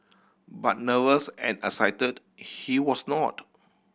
but nervous and excited he was not